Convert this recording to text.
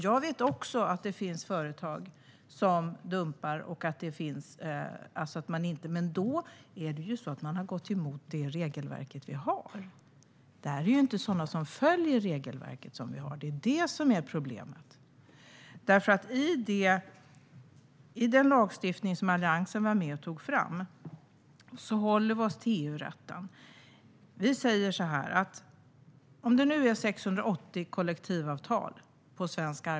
Jag vet att det finns företag som dumpar. Men de har ju gått emot det regelverk vi har. Problemet är att de inte följer regelverket. I den lagstiftning som Alliansen var med och tog fram håller vi oss till EU-rätten. I Sverige finns det 680 kollektivavtal.